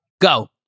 go